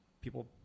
people